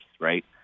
right